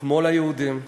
כמו ליהודים,